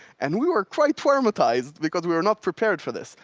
and we were quite traumatized because we were not prepared for this.